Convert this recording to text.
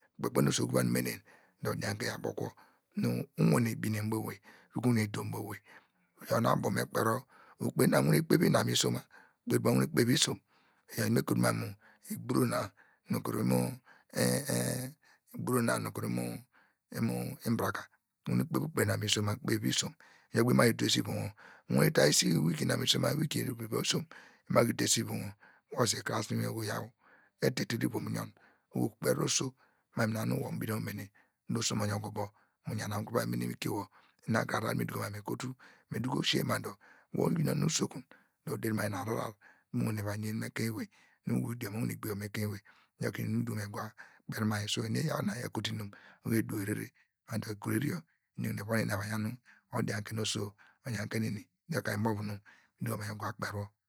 Kpekpena oso tuo nu umenene dor odianke yor abo kwo nu uwane bene nu abo owey nu uwane doo mu abo owey iyor nu me abo me kperi wor ukpe mu wane uwane kpev isom iyor inu kotu mam mu ogburo na nu kuru imo enh ogburo nu imo nbraka nu ukpev nu ukpev misoma ukpev nu ukpe vivi isom iyor kpe imaki duwe ivom wor mu wane mu ta esi wiki na misoma wiki vivi vivi isom imaki dese ivom wor wor su krasine oho yaw etitiri ivom uyon oho ukperi oso mam ina inum nu abo mu ivom wor dor oso mo yanke wor abo mu yana mu kuru va mene inwikio wor ina kre ahrar nu mi duko mam mu mi kotu mi duko sie ma dor mu deri mam mu ina ahrar nu mu wane va yen mu ekein ewey nu uwu idiom owane gbije wor mu ekein ewey iyor kre inum me duko mam mgira kpev mai eni eyaw ina eya kotu inum dor edu rere ma dor ekureri yor eni yor me von ma me va yen odianke nu oso oyanke nu eni iyor ka imova nu mi duko mam me gua kperi wor